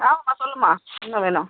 ஆ சொல்லும்மா என்ன வேணும்